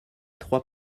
trois